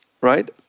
right